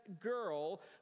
girl